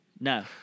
no